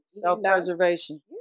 Self-preservation